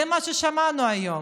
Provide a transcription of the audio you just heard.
זה מה ששמענו היום,